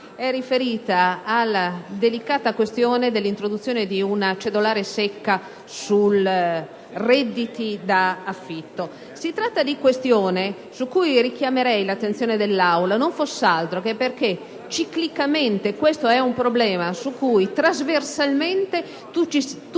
è riferita all'introduzione di una cedolare secca sui redditi da affitto. Si tratta di un tema su cui richiamo l'attenzione dell'Aula, non fosse altro perché ciclicamente esso è un problema su cui trasversalmente tutti ci